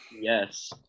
Yes